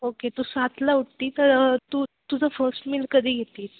okay तू सातला उठते तर तू तुझं फर्स्ट मिल कधी घेते